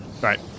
Right